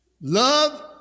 Love